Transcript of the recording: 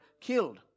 killed